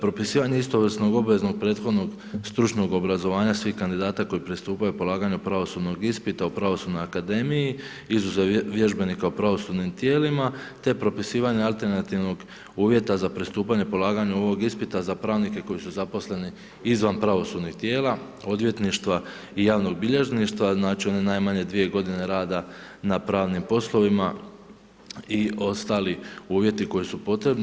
Propisivanje istovrsnog obaveznog prethodnog stručnog obrazovanja svih kandidata koji pristupaju polaganju pravosudnog ispita u Pravosudnoj akademiji izuzev vježbenika u pravosudnim tijelima te propisivanja alternativnog uvjeta za pristupanje polaganju ovog ispita za pravnike koji su zaposleni izvan pravosudnih tijela, odvjetništva i javnog bilježništva znači ... najmanje 2 g. rada na pravnim poslovima i ostali uvjeti koji su potrebni.